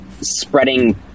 spreading